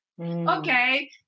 Okay